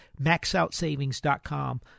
maxoutsavings.com